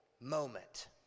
moment